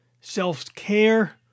self-care